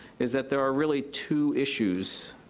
is that there are really two issues,